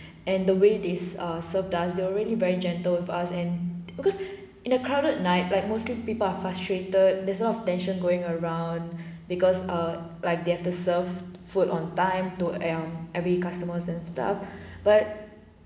and the way this ah serve us they already very gentle with us and because in a crowded night like mostly people are frustrated there's a lot of tension going around because err like they have to serve food on time to um every customers and stuff but